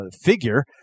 figure